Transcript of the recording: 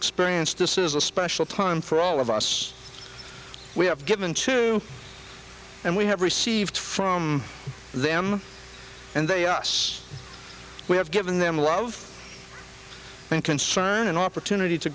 experience this is a special time for all of us we have given to and we have received from them and they us we have given them love and concern and opportunity to